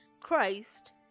Christ